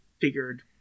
figured